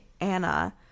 Anna